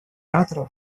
оратора